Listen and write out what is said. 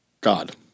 God